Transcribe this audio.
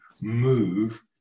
move